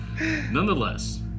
Nonetheless